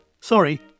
Sorry